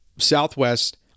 Southwest